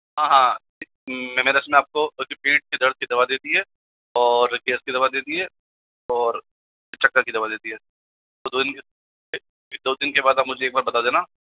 हाँ हाँ हाँ मैं वैसे मैं आपको पेट कि दर्द की दवा दे दी है और गैस की दवा दे दी है और चक्कर की दवा दे दी है दो दिन दो दिन के बाद आप मुझे एक बार बता देना